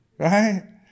right